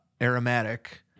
aromatic